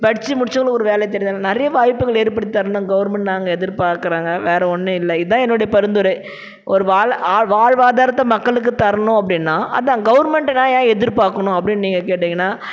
படிச்சு முடிச்சவங்களுக்கு ஒரு வேலை தேடி தரணும் நிறையா வாய்ப்புகள் ஏற்படுத்தி தரணும் கவர்மெண்ட் நாங்கள் எதிர்பார்க்குறோங்க வேறு ஒன்றும் இல்லை இதான் என்னுடைய பரிந்துரை ஒரு வாழ்வாதாரத்தை மக்களுக்கு தரணும் அப்படின்னா அதான் கவர்மெண்ட்டை நான் ஏன் எதிர்பார்க்கணும் அப்படின்னு நீங்கள் கேட்டீங்கன்னா